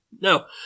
No